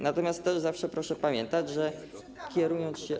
Natomiast zawsze proszę pamiętać, że kierując się.